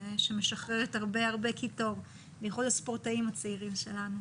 פעילות שמשחררת הרבה קיטור לכל הספורטאים הצעירים שלנו.